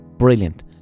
brilliant